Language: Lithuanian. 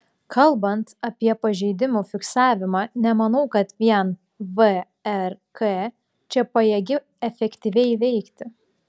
kalbant apie pažeidimų fiksavimą nemanau kad vien vrk čia pajėgi efektyviai veikti